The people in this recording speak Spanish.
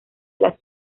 las